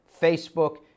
Facebook